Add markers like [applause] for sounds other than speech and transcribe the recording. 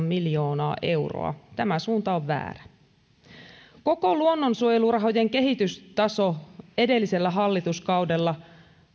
[unintelligible] miljoonaa euroa tämä suunta on väärä koko luonnonsuojelurahojen kehystaso edellisellä hallituskaudella